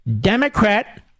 Democrat